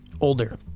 Older